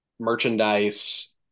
merchandise